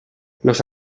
los